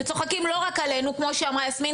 וצוחקים לא רק עלינו כמו שאמרה יסמין,